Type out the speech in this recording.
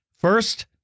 First